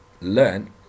learn